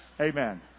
Amen